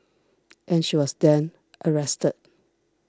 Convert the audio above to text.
and she was then arrested